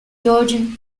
georgian